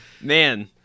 Man